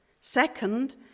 Second